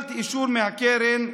קיבלתי אישור מהקרן,